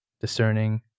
discerning